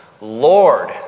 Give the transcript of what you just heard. Lord